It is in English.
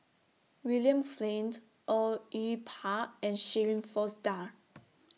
William Flint Au Yue Pak and Shirin Fozdar